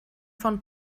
von